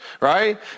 Right